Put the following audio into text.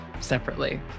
separately